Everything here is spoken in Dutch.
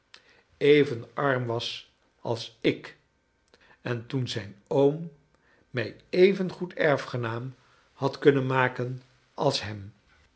even arm was ais ik en toen zijn oom mij even goed erfgenaam had kunnen male en als hem